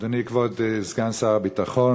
אדוני, כבוד סגן שר הביטחון,